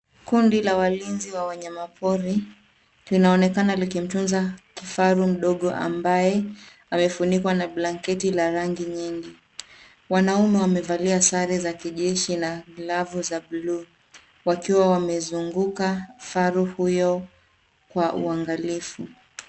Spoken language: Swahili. Kundi la walinzi wa wanyama pori, linaonekana likimtunza kifaru mdogo ambaye, amefunikwa na blanketi la rangi nyingi. Wanaume wamevalia sare za kijeshi, na glavu za blue , wakiwa wamezunguka faru huyo kwa uangalifu.